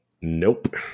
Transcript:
Nope